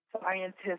scientists